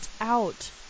out